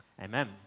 Amen